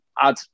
add